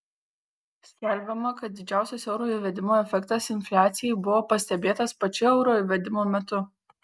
skelbiama kad didžiausias euro įvedimo efektas infliacijai buvo pastebėtas pačiu euro įvedimo metu